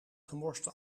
gemorste